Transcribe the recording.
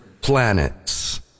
planets